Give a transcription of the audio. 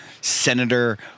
senator